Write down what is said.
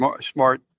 smart